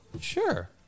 Sure